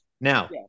now